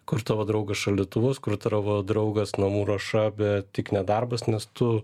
kur tavo draugas šaldytuvas kur tavo draugas namų ruoša bet tik ne darbas nes tu